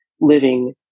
living